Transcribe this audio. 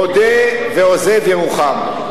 מודה ועוזב ירוחם.